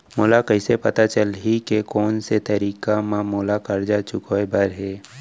मोला कइसे पता चलही के कोन से तारीक म मोला करजा चुकोय बर हे?